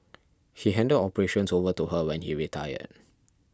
he handed operations over to her when he retired